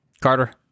Carter